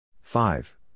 five